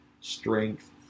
strength